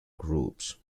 groups